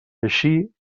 així